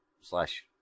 slash